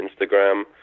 Instagram